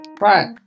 right